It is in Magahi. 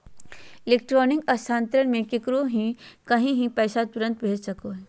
इलेक्ट्रॉनिक स्थानान्तरण मे केकरो भी कही भी पैसा तुरते भेज सको हो